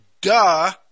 duh